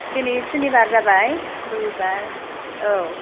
दिनै सुनिबार जाबाय रुबिबार औ